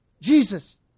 Jesus